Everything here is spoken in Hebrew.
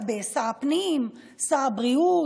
בשר הפנים, שר הבריאות,